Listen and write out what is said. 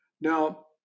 Now